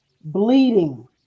bleeding